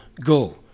Go